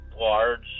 Large